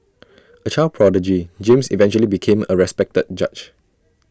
A child prodigy James eventually became A respected judge